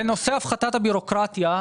בנושא הפחתת הבירוקרטיה,